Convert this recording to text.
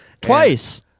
twice